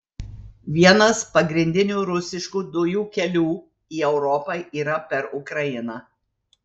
vienas pagrindinių rusiškų dujų kelių į europą yra per ukrainą